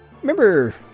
remember